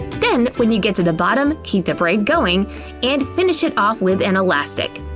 then when you get to the bottom keep the braid going and finish it off with an elastic.